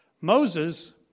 Moses